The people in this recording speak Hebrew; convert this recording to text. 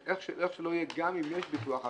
איך שלא יהיה גם אם יש ביטוח,